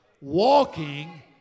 walking